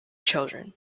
children